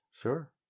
sure